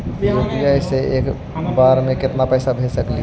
UPI से एक बार मे केतना पैसा भेज सकली हे?